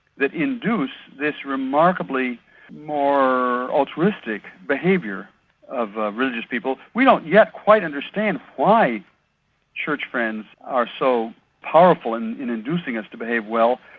that induce this remarkably more altruistic behaviour of religious people. we don't yet quite understand why church friends are so powerful in in inducing us to behave well,